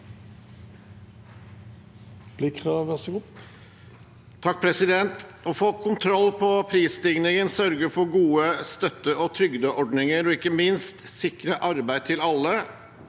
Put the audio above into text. (A) Å få kontroll på prisstig- ningen, sørge for gode støtte- og trygdeordninger og ikke minst sikre arbeid til alle